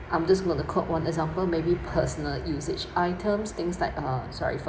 I'm just gonna the quote one example maybe personal usage items things like ah sorry for